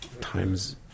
Times